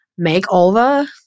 makeover